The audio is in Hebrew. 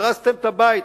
הרסתם את הבית,